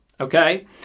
okay